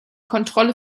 kontrolle